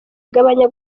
gabanya